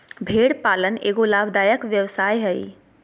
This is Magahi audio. भेड़ पालन एगो लाभदायक व्यवसाय हइ